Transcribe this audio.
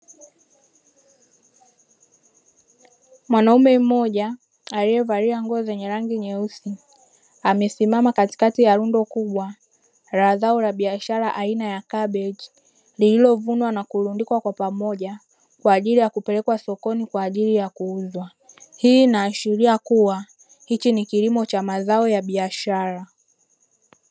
Mwanaume mmoja aliyevalia nguo zenye rangi nyeusi amesimama katikati ya lundo kubwa la zao la biashara aina ya kabeji lililovunwa na kurundikwa kwa pamoja kwa ajili ya kupelekwa sokoni kwa ajili ya kuuzwa, hii inaashiria kuwa hichi ni kilimo cha mazao ya biashara.